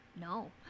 no